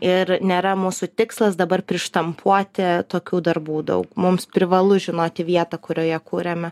ir nėra mūsų tikslas dabar prištampuoti tokių darbų daug mums privalu žinoti vietą kurioje kuriame